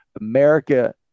America